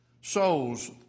souls